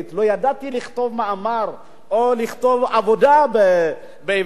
לא ידעתי לכתוב מאמר או לכתוב עבודה בעברית,